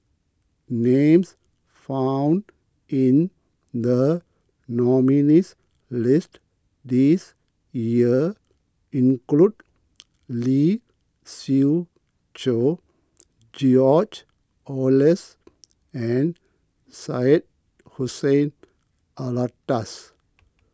names found in the nominees' list this year include Lee Siew Choh George Oehlers and Syed Hussein Alatas